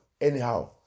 Anyhow